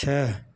छः